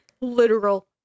literal